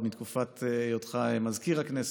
עוד מתקופת היותך מזכיר הכנסת.